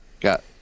got